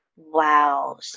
Wow